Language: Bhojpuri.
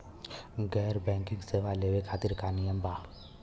गैर बैंकिंग सेवा लेवे खातिर का नियम बा?